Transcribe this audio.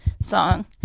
song